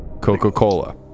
Coca-Cola